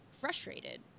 frustrated